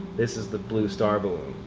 this is the blue star balloon.